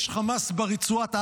יש חמאס ברצועת עזה,